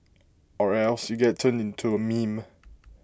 or else you get turned into A meme